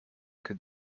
could